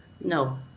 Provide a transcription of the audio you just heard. No